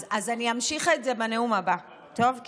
אז אני אמשיך את זה בנאום הבא, טוב?